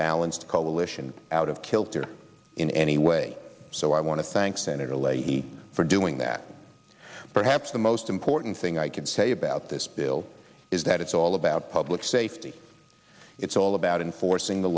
balanced coalition out of kilter in any way so i want to thank senator leahy for doing that perhaps the most important thing i could say about this bill is that it's all about public safety it's all about enforcing the